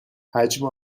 حجم